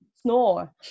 Snore